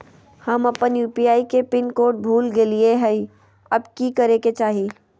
हम अपन यू.पी.आई के पिन कोड भूल गेलिये हई, अब की करे के चाही?